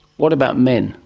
what about men?